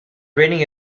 rating